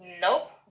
Nope